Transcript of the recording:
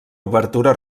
obertura